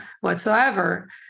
whatsoever